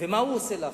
ומה הוא עושה לאחרים?